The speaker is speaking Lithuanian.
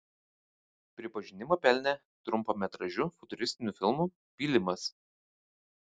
pripažinimą pelnė trumpametražiu futuristiniu filmu pylimas